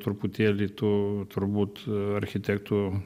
truputėlį tu turbūt architektų